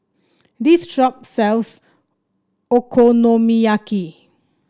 this shop sells Okonomiyaki